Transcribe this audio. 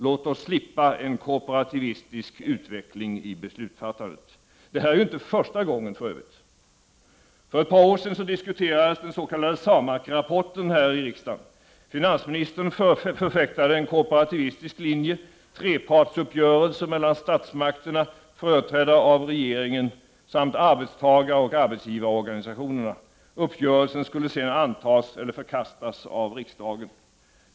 Låt oss slippa en korporativistisk utveckling i beslutsfattandet! Det här är ju för övrigt inte första gången. För ett par år sedan diskuterades den s.k. SAMAK-rapporten här i riksdagen. Finansministern förfäktade en korporativistisk linje, trepartsuppgörelser mellan statsmakterna — företrädda av regeringen — samt arbetstagaroch arbetsgivarorganisationerna. Uppgörelsen skulle sedan antas eller förkastas av riksdagen.